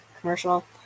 commercial